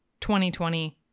2020